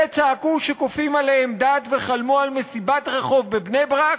אלה צעקו שכופים עליהם דת וחלמו על 'מסיבת רחוב' בבני-ברק,